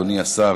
אדוני השר